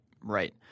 right